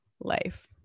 life